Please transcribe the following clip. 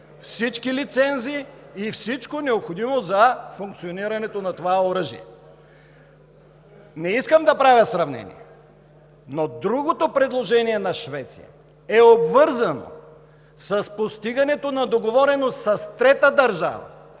всички лицензии и всичко необходимо за функционирането на това оръжие. Не искам да правя сравнение, но другото предложение – на Швеция, е обвързано с постигането на договореност с трета държава